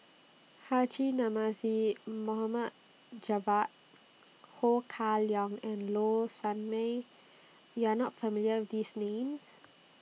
Haji Namazie Mohd Javad Ho Kah Leong and Low Sanmay YOU Are not familiar with These Names